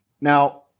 Now